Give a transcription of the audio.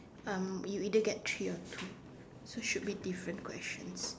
um we either get three or two so should be different questions